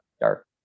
dark